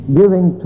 giving